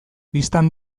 bistan